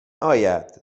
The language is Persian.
آید